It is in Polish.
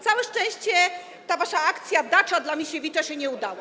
Całe szczęście, ta wasza akcja: dacza dla Misiewicza, się nie udała.